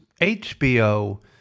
HBO